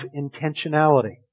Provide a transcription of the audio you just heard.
intentionality